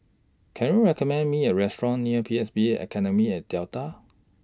Can YOU recommend Me A Restaurant near P S B Academy At Delta